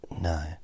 No